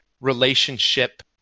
relationship